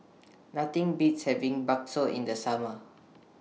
Nothing Beats having Bakso in The Summer